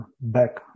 back